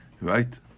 Right